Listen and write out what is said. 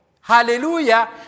Hallelujah